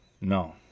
No